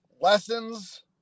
lessons